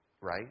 right